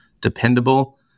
dependable